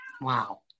Wow